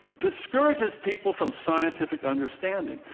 discourages people from scientific understanding.